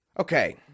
Okay